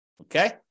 Okay